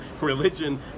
religion